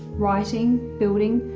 writing, building,